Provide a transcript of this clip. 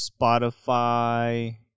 Spotify